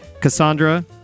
Cassandra